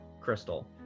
Crystal